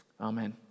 Amen